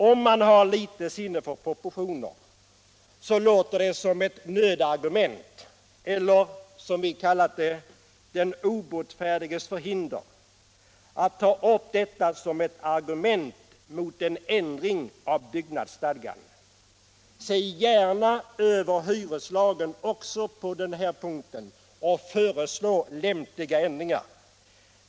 Om man har något sinne för proportioner låter det som ett nödargument eller, som vi kallar det, den obotfärdiges förhinder att ta upp detta som ett argument mot en ändring av byggnadsstadgan. Se gärna över hyreslagen också på den här punkten och föreslå lämpliga ändringar.